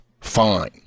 fine